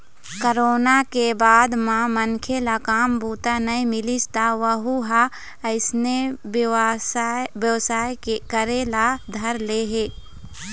corona के बाद म मनखे ल काम बूता नइ मिलिस त वहूँ ह अइसने बेवसाय करे ल धर ले हे